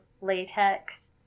latex